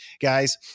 guys